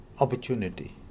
opportunity